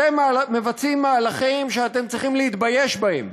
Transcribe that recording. אתם מבצעים מהלכים שאתם צריכים להתבייש בהם,